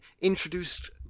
introduced